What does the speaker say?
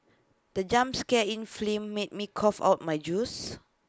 the jump scare in film made me cough out my juice